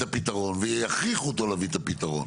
הפתרון ויכריחו אותו להביא את הפתרון.